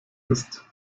ist